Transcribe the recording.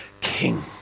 king